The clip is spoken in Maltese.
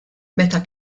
meta